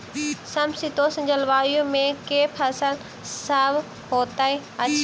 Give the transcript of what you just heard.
समशीतोष्ण जलवायु मे केँ फसल सब होइत अछि?